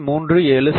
37 செ